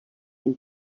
and